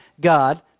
God